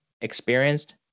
experienced